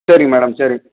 சரிங்க மேடம் சரி